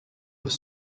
was